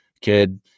kid